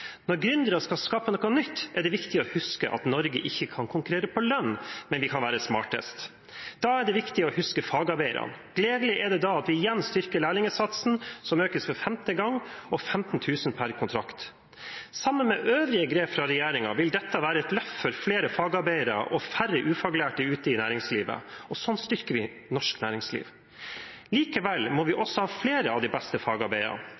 Når gründere skal skape noe nytt, er det viktig å huske at Norge ikke kan konkurrere på lønn, men vi kan være smartest. Da er det viktig å huske fagarbeiderne. Gledelig er det da at man igjen styrker lærlingsatsen, som økes for femte gang, og med 15 000 kr per kontrakt. Sammen med øvrige grep fra regjeringen vil dette være et løft for flere fagarbeidere, og det vil føre til færre ufaglærte i næringslivet. Sånn styrker man norsk næringsliv. Likevel må vi også ha flere av de beste